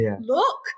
Look